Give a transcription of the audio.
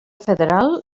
federal